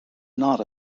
not